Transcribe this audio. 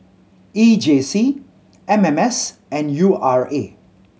E J C M M S and U R A